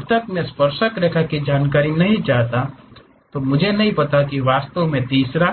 जब तक मैं स्पर्शरेखा की जानकारी नहीं जानता मुझे नहीं पता कि वास्तव में तीसरा